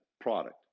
product